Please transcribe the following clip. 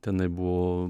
tenai buvo